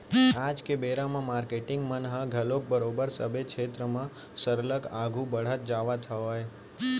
आज के बेरा म मारकेटिंग मन ह घलोक बरोबर सबे छेत्र म सरलग आघू बड़हत जावत हावय